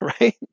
right